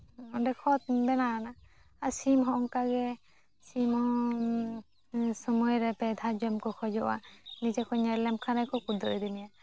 ᱚᱸᱰᱮ ᱠᱷᱚᱛ ᱵᱮᱱᱟᱣᱱᱟ ᱟᱨ ᱥᱤᱢ ᱦᱚᱸ ᱚᱱᱠᱟᱜᱮ ᱥᱤᱢ ᱦᱚᱸ ᱥᱚᱢᱚᱭ ᱨᱮ ᱯᱮ ᱫᱷᱟᱣ ᱡᱚᱢ ᱠᱚ ᱠᱷᱚᱡᱚᱜᱼᱟ ᱡᱩᱫᱤ ᱠᱚ ᱧᱮᱞ ᱞᱮᱢ ᱠᱷᱟᱱ ᱜᱮᱠᱚ ᱠᱷᱩᱫᱟᱹᱣ ᱤᱫᱤ ᱢᱮᱭᱟ